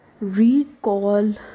recall